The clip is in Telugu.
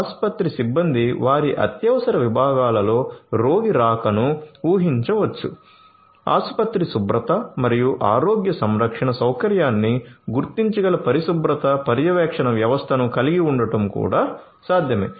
ఆసుపత్రి సిబ్బంది వారి అత్యవసర విభాగాలలో రోగి రాకను ఊహించవచ్చు ఆసుపత్రి శుభ్రత మరియు ఆరోగ్య సంరక్షణ సౌకర్యాన్ని గుర్తించగల పరిశుభ్రత పర్యవేక్షణ వ్యవస్థను కలిగి ఉండటం కూడా సాధ్యమే